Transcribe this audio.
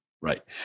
Right